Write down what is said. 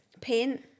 Paint